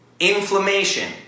Inflammation